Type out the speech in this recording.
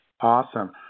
Awesome